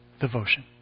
devotion